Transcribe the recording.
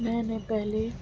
میں نے پہلے